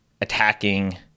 attacking